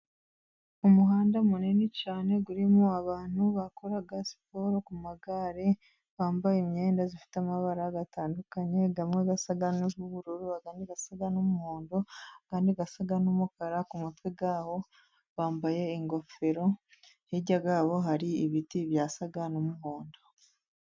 Umuhanda munini cyane urimo abantu bakora siporo ku magare, bambaye imyenda ifite amabara atandukanye, hamwe asa ubururu ayandi asa n'umuhondo ayandi asa n'umukara , ku mutwe wabo bambaye ingofero hirya yabo hari ibiti byasa n'umuhondo.